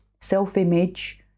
self-image